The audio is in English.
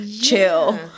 Chill